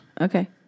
Okay